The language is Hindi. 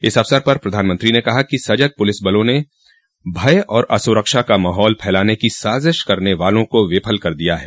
इस अवसर पर प्रधानमंत्री ने कहा कि सजग पुलिसबलों न भय और असुरक्षा का माहौल फैलाने की साजिश करने वालों को विफल कर दिया है